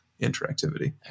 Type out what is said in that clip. interactivity